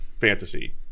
fantasy